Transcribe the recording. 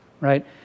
right